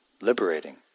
liberating